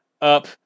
up